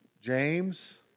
James